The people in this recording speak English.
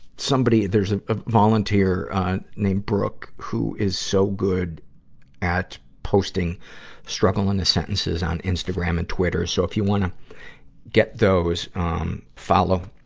somebody, there's ah a volunteer named brooke who is so good at posting struggle in a sentences on instagram and twitter. so if you wanna get those, um, um, follow,